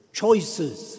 choices